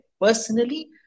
Personally